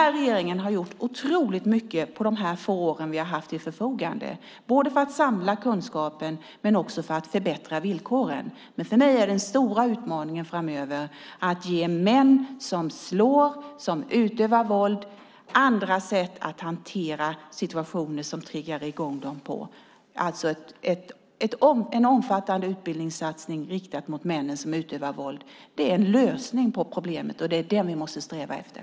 Regeringen har gjort otroligt mycket på de få år vi har haft till förfogande både för att samla kunskapen och för att förbättra villkoren. För mig är den stora utmaningen framöver att ge män som slår och som utövar våld andra sätt att hantera situationer som triggar i gång dem. Det behövs en omfattande utbildningssatsning riktad mot de män som utövar våld. Det är en lösning på problemet, och det är det vi måste sträva efter.